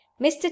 Mr